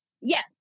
yes